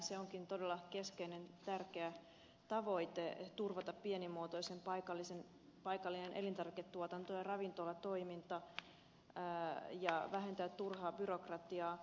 se onkin todella keskeinen tärkeä tavoite turvata pienimuotoinen paikallinen elintarviketuotanto ja ravintolatoiminta ja vähentää turhaa byrokratiaa